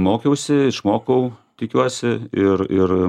mokiausi išmokau tikiuosi ir ir